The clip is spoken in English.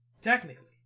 Technically